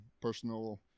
personal